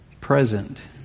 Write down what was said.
present